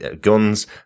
guns